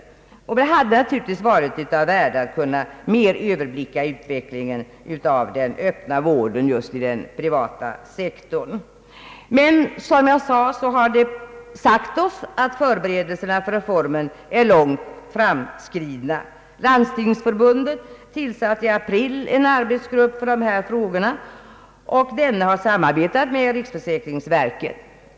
Det hade givetvis varit av värde att bättre kunna överblicka utvecklingen av den öppna vården just på den privata sektorn. Men som jag nämnde har vi sagt oss, att förberedelserna för reformen är långt framskridna. Landstingsförbundet tillsatte i april en arbetsgrupp för dessa frågor, vilken samarbetat med riksförsäkringsverket.